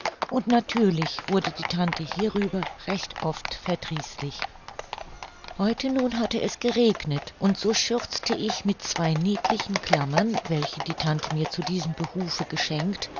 und natürlich wurde die tante hierüber oft recht verdrießlich heute nun hatte es geregnet und so schürzte ich mit zwei niedlichen klammern welche die tante mir zu diesem behufe geschenkt